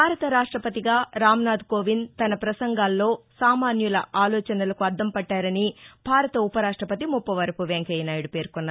భారత రాష్టపతిగా రామ్నాథ్ కోవింద్ తన పసంగాల్లో సామాన్యుల ఆలోచనలకు అద్దం పట్లారని భారత ఉపరాష్టపతి ముప్పవరపు వెంకయ్యనాయుడు పేర్కొన్నారు